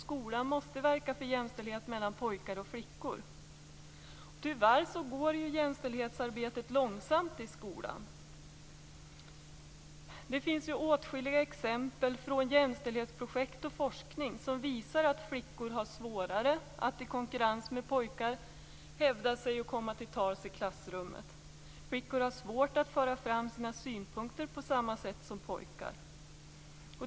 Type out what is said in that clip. Skolan måste verka för jämställdhet mellan pojkar och flickor. Tyvärr går jämställdhetsarbetet långsamt i skolan. Det finns åtskilliga exempel från jämställdhetsprojekt och forskning som visar att flickor har svårare att i konkurrens med pojkar hävda sig och komma till tals i klassrummet. Flickor har svårt att föra fram sina synpunkter på samma sätt som pojkar.